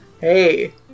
hey